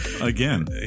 Again